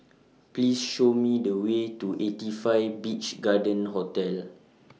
Please Show Me The Way to eighty five Beach Garden Hotel